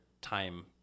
time